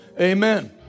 amen